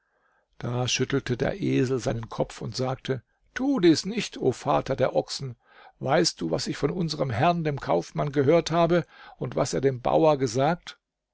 da schüttelte der esel seinen kopf und sagte tu dies nicht o vater der ochsen weißt du was ich von unserm herrn dem kaufmann gehört habe und was er dem bauer gesagt